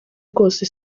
rwose